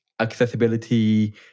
accessibility